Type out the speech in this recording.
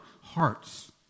hearts